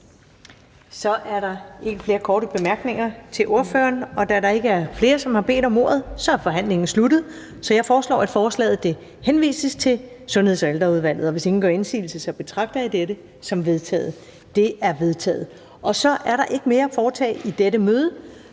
Så er der ikke flere korte bemærkninger til ordføreren. Da der ikke er flere, som har bedt om ordet, er forhandlingen sluttet. Jeg foreslår, at forslaget henvises til Sundheds- og Ældreudvalget. Hvis ingen gør indsigelse, betragter jeg dette som vedtaget. Det er vedtaget. --- Kl. 20:35 Meddelelser fra formanden